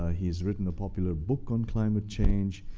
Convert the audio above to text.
ah he's written a popular book on climate change,